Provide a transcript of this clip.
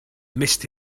missed